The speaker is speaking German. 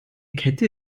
kette